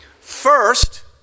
First